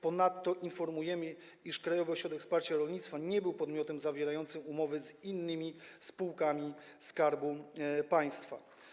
Ponadto informujemy, iż Krajowy Ośrodek Wsparcia Rolnictwa nie był podmiotem zawierającym umowy z innymi spółkami Skarbu Państwa.